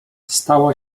stało